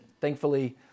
thankfully